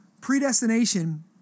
Predestination